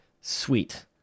Sweet